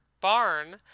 barn